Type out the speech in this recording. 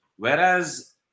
Whereas